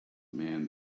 man